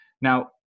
Now